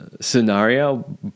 scenario